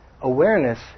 Awareness